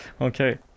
Okay